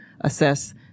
assess